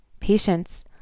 patience